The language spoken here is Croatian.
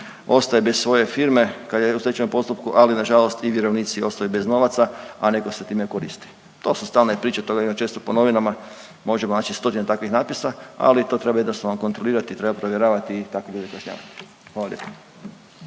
ostaje bez svoje firme kada je jednom u stečajnom postupku, ali nažalost i vjerovnici ostaju i bez novaca, a neki se time koriste. To su stalne priče, toga ima često po novinama, možemo naći stotine takvih natpisa, ali to treba jednostavno kontrolirati i treba provjeravati i …/Govornik se ne razumije./… Hvala lijepa.